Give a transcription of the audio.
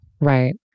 Right